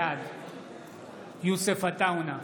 בעד יוסף עטאונה,